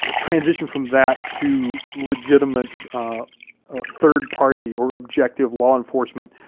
ah transition from that to legitimate third party or objective law enforcement,